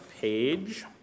page